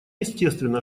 естественно